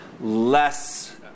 less